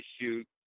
shoot